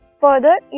further